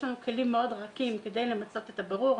יש לנו כלים מאוד רכים כדי למצות את הבירור.